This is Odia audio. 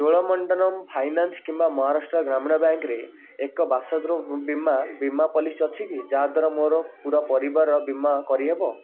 ଚୋଳମଣ୍ଡଳମ୍ ଫାଇନାନ୍ସ କିମ୍ବା ମହାରାଷ୍ଟ୍ର ଗ୍ରାମୀଣ ବ୍ୟାଙ୍କ୍ରେ ଏକ ବାସଗୃହ ବୀମା ବୀମା ପଲିସି ଅଛି କି ଯଦ୍ଵାରା ମୋର ପୂରା ପରିବାରର ବୀମା କରିହେବ